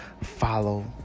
follow